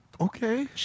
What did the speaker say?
Okay